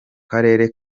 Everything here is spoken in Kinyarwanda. karere